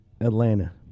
Atlanta